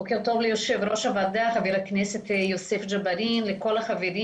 ליושב-ראש הוועדה חבר הכנסת יוסף ג'בארין ולכל החברים.